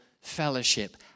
fellowship